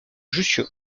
jussieu